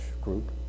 group